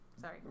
Sorry